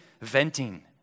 venting